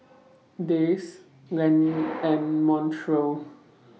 Dayse Lenny and Montrell